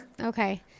Okay